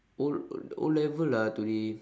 O-l~ O-level ah today